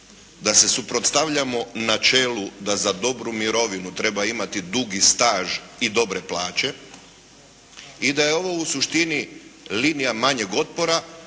da se suprotstavljamo načelu da za dobru mirovinu treba imati dugi staž i dobre plaće i da je ovo u suštini linija manjeg otpora